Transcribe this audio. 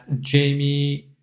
Jamie